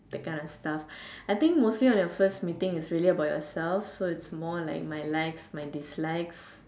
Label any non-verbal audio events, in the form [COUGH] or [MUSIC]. that kind of stuffs [BREATH] I think mostly on your first meeting is really about yourself so it's more like my likes my dislikes